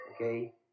okay